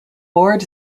board